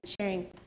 sharing